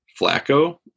Flacco